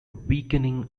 weakening